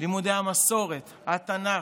לימודי המסורת, התנ"ך,